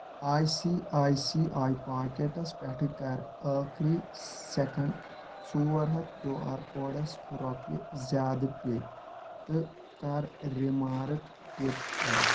I C I C I packets پٮ۪ٹھٕ کَر ٲخٕری سیٚکنڑ ژور ہتھ کیٚو آر کوڈس رۄپیہِ زیٛادٕ پے تہٕ کَر رِمارٕک ٹِپ ایڈ